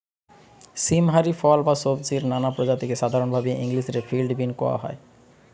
সীম হারি ফল বা সব্জির নানা প্রজাতিকে সাধরণভাবি ইংলিশ রে ফিল্ড বীন কওয়া হয়